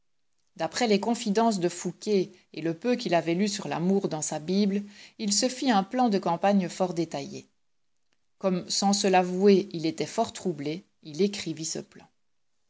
les confidences de fouqué et le peu qu'il avait lu sur l'amour dans sa bible il se fit un plan de campagne fort détaillé comme sans se l'avouer il était fort troublé il écrivit ce plan